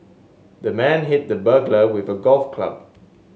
the man hit the burglar with a golf club